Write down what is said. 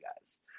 guys